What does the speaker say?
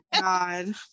God